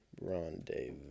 Rendezvous